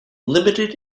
limited